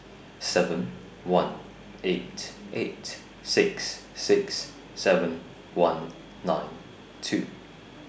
seven one eight eight six six seven one nine two